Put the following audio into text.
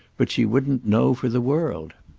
but she wouldn't know for the world.